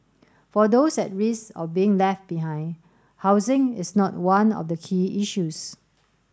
for those at risk of being left behind housing is not one of the key issues